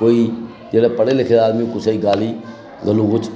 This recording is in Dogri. कोई जेह्ड़ा पढ़े लिखे दा आदमी कुसै गी गाली गलोच